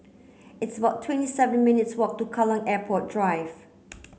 it's about twenty seven minutes' walk to Kallang Airport Drive